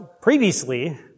previously